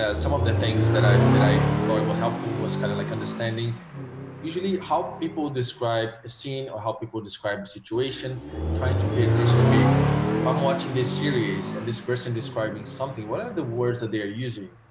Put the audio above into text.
ah some of the things that i that i thought will help who was kind of like understanding usually how people describe seeing how people describe situation trying to pay this okay i'm watching this series and this person describing something what are the words that they are using